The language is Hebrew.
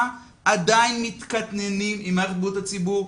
עדיין מתקטננים עם מערכת בריאות הציבור,